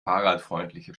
fahrradfreundliche